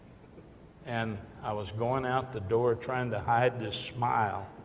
and i was going out the door, trying to hide the smile,